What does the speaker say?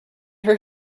her